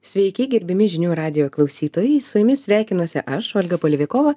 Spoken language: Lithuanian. sveiki gerbiami žinių radijo klausytojai su jumis sveikinuosi aš olga palevikova